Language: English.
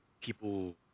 people